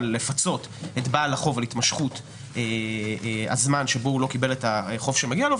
לפצות את בעל החוב על התמשכות הזמן שבו הוא לא קיבל את החוב שמגיע לו,